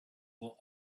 will